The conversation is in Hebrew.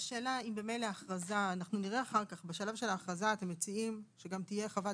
בשלב של ההכרזה אתם מציעים שתהיה חוות